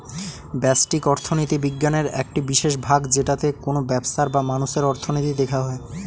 ব্যষ্টিক অর্থনীতি বিজ্ঞানের একটি বিশেষ ভাগ যেটাতে কোনো ব্যবসার বা মানুষের অর্থনীতি দেখা হয়